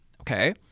okay